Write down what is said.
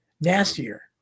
nastier